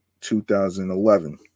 2011